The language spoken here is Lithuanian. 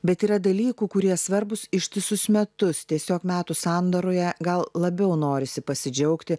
bet yra dalykų kurie svarbūs ištisus metus tiesiog metų sandaroje gal labiau norisi pasidžiaugti